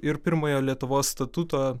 ir pirmojo lietuvos statuto